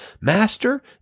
Master